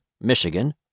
Michigan